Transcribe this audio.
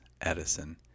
Edison